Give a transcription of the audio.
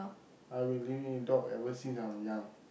I've been living with dog ever since I'm young